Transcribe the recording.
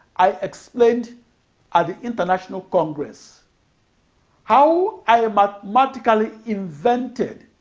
i explained at the international congress how i but mathematically invented